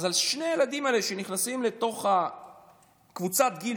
אז על שני הילדים שנכנסים לתוך קבוצת גיל